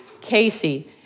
Casey